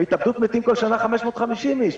מהתאבדות מתים בכל שנה 550 איש,